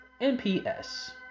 NPS